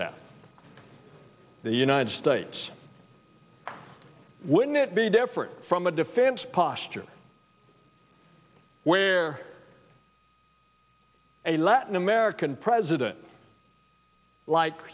that the united states wouldn't it be different from a defense posture where a latin american president like